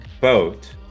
boat